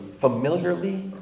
Familiarly